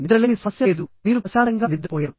నిద్రలేమి సమస్య లేదు మీరు ప్రశాంతంగా నిద్రపోయారు